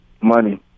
money